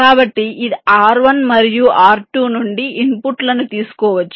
కాబట్టి ఇది R1 మరియు R2 నుండి ఇన్పుట్లను తీసుకోవచ్చు